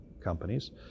companies